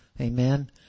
Amen